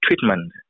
treatment